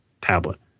tablet